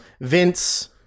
Vince